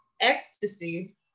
ecstasy